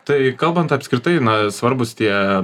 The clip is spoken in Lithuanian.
tai kalbant apskritai na svarbūs tie